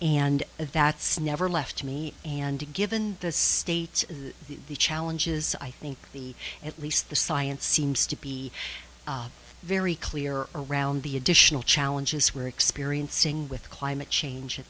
and that's never left me and given the states the challenges i think the at least the science seems to be very clear around the additional challenges we're experiencing with climate change